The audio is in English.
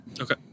Okay